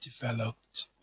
developed